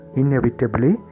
inevitably